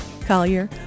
Collier